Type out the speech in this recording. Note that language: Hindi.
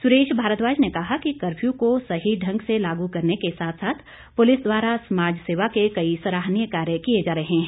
सुरेश भारद्वाज ने कहा कि कर्फयू को सही ढंग से लागू करने के साथ साथ पुलिस द्वारा समाज सेवा के कई सराहनीय कार्य किए जा रहे हैं